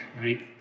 Right